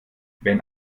wenn